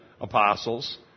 apostles